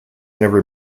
never